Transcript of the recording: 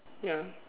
ya